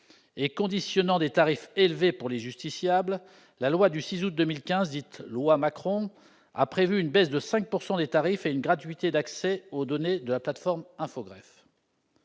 et conditionnant des tarifs élevés pour les justiciables, la loi du 6 août 2015, dite « loi Macron », a prévu une baisse de 5 % des tarifs et une gratuité d'accès aux données de la plateforme Infogreffe.